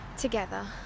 together